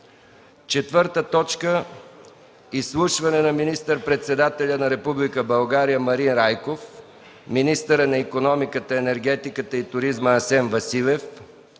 Михалевски. 4. Изслушване на министър-председателя на Република България Марин Райков, министъра на икономиката, енергетиката и туризма Асен Василев,